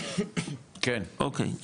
אוקי,